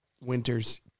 winter's